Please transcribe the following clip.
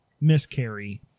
miscarry